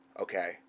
Okay